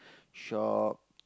shock